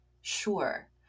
Sure